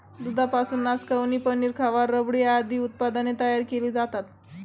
दुधापासून नासकवणी, पनीर, खवा, रबडी आदी उत्पादने तयार केली जातात